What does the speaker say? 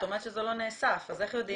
את אומרת שזה לא נאסף, אז איך יודעים?